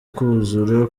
kuzura